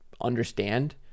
understand